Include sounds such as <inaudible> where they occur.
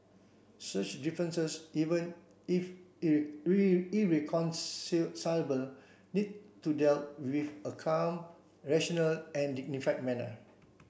such differences even if <unintelligible> need to dealt with a calm rational and dignified manner